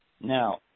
Now